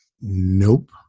nope